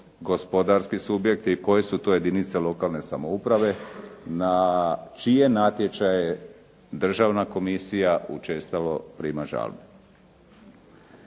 gospodarski subjekti, koje su to jedinice lokalne samouprave na čije natječaje Državna komisija učestalo prima žalbu.